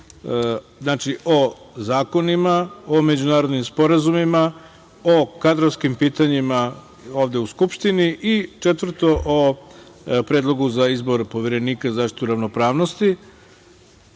znači o zakonima, o međunarodnim sporazumima, o kadrovskim pitanjima ovde u Skupštini i četvrto o Predlogu za izbor Poverenika za zaštitu ravnopravnosti.